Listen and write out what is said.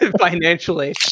financially